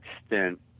extent